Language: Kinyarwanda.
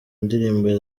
ndirimbo